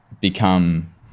become